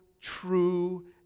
true